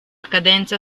cadenza